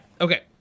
Okay